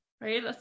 right